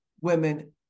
women